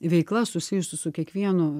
veikla susijusi su kiekvienu